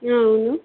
అవును